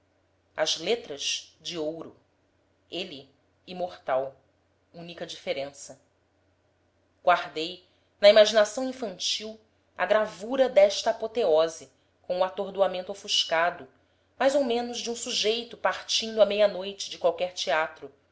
as letras de ouro ele imortal única diferença guardei na imaginação infantil a gravura desta apoteose com o atordoamento ofuscado mais ou menos de um sujeito partindo à meia noite de qualquer teatro